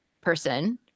person